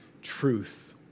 truth